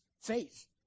faith